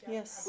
Yes